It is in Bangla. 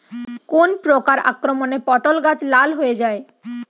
কোন প্রকার আক্রমণে পটল গাছ লাল হয়ে যায়?